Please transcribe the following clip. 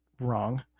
wrong